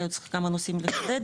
היינו צריכים בכמה נושאים לטפל,